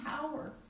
power